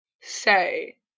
say